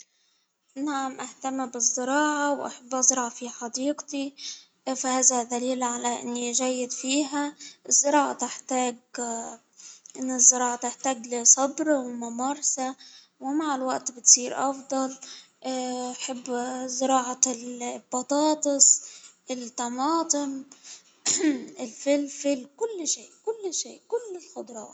نعم أهتم بالزراعة وأحب ازرع في حديقتي، فهذا دليل على أني جيد فيها، الزراعة تحتاج الزراعة تحتاج لصبر وممارسة، ومع الوقت بتصير أفضل حب الزراعة البطاطس ،الطماطم، الفلفل كل شيء -كل شيء كل الخضروات.